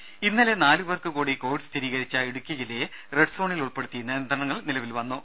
രുക ഇന്നലെ നാലു പേർക്കു കൂടി കോവിഡ് സ്ഥിരീകരിച്ച് ഇടുക്കി ജില്ലയെ റെഡ് സോണിൽ ഉൾപ്പെടുത്തി നിയന്ത്രണങ്ങൾ നിലവിൽ വന്നു